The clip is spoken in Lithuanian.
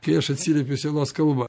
kai aš atsiliepiu sielos kalba